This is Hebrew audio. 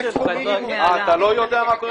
נמצא כאן